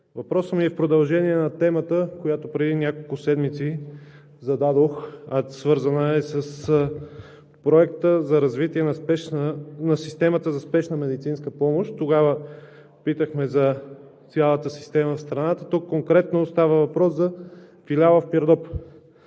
Въпросът ми е в продължение на темата, която преди няколко седмици зададох, свързана с проект „Подкрепа за развитие на системата за спешна медицинска помощ“. Тогава питах за системата в цялата страната, а тук конкретно става въпрос за филиала в Пирдоп.